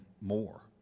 more